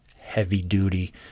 heavy-duty